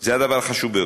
זה הדבר החשוב ביותר.